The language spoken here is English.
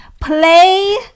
play